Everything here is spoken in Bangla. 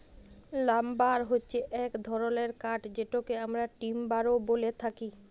লাম্বার হচ্যে এক ধরলের কাঠ যেটকে আমরা টিম্বার ও ব্যলে থাকি